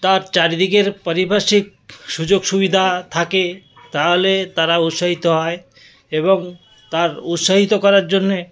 তার চারিদিকের পারিপার্শ্বিক সুযোগ সুবিধা থাকে তাহলে তারা উৎসাহিত হয় এবং তার উৎসাহিত করার জন্যে